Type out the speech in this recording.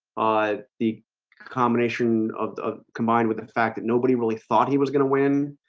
i the combination of the combined with the fact that nobody really thought he was gonna win.